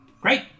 Great